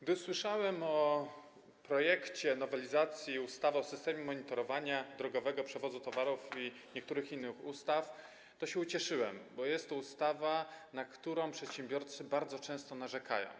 Gdy usłyszałem o projekcie nowelizacji ustawy o systemie monitorowania drogowego przewozu towarów i niektórych innych ustaw, to się ucieszyłem, bo jest to ustawa, na którą przedsiębiorcy bardzo często narzekają.